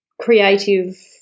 creative